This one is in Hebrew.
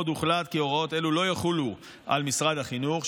עוד הוחלט כי הוראות אלו לא יחולו על משרד החינוך,